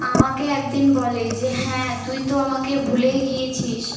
আমাকে এক দিন বলে যে হ্যাঁ তুই তো আমাকে ভুলেই গিয়েছিস